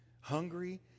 hungry